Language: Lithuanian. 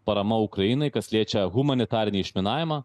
parama ukrainai kas liečia humanitarinį išminavimą